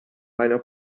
einer